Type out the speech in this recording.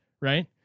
right